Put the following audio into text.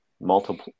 multiple